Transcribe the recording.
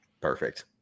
Perfect